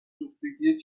سوختگی